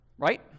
Right